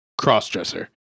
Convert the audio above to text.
crossdresser